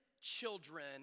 children